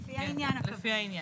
לפי העניין כמובן.